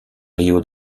rio